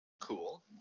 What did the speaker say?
Cool